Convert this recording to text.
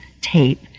tape